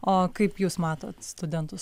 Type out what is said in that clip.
o kaip jūs matot studentus